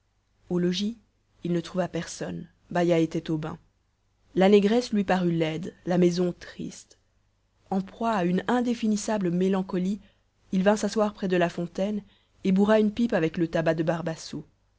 au logis il ne trouva personne baïa était au bain la négresse lui parut laide la maison triste en proie à une indéfinissable mélancolie il vint s'asseoir près de la fontaine et bourra une pipe avec le tabac de